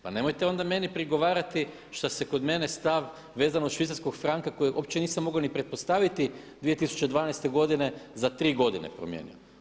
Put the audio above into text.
Pa nemojte onda meni prigovarati što se kod mene stav vezano uz švicarski franak koji uopće nisam mogao niti pretpostaviti 2012. godine za 3 godine promijenio.